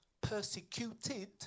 persecuted